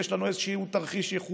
ויש לנו איזשהו תרחיש ייחוס,